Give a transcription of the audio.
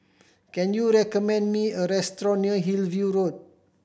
can you recommend me a restaurant near Hillview Road